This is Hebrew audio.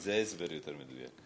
זה הסבר יותר מדויק.